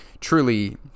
truly